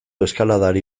eskaladari